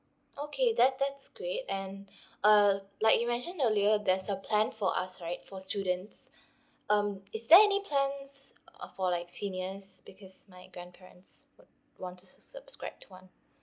okay that that's great and err like you mentioned earlier there's a plan for us right for students um is there any plans uh for like seniors because my grandparents would want to sub~ subscribe to one